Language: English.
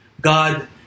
God